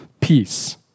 peace